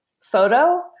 photo